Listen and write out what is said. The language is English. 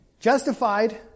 justified